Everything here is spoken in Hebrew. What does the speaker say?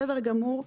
בסדר גמור,